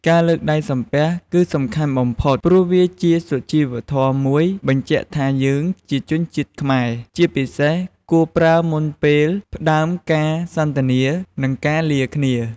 ការលើកដៃសំពះគឺសំខាន់បំផុត ព្រោះវាជាសុជីវធម៌មួយបញ្ជាក់ថាយើងជាជនជាតិខ្មែរ ជាពិសេសគួរប្រើមុនពេលផ្ដើមការសន្ទនា និងការលាគ្នា។